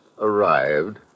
arrived